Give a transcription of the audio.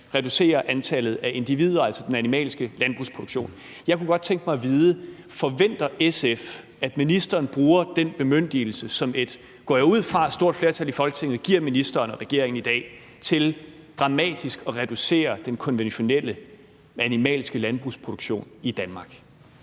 reducerer antallet af individer, altså den animalske landbrugsproduktion. Jeg kunne godt tænke mig vide: Forventer SF, at ministeren bruger den bemyndigelse, som et, går jeg ud fra, stort flertal i Folketinget giver ministeren og regeringen i dag til dramatisk at reducere den konventionelle animalske landbrugsproduktion i Danmark?